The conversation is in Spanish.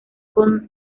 con